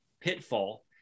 pitfall